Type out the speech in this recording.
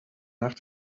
nach